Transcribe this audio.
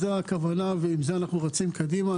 זאת הכוונה ועם זה אנחנו רצים קדימה.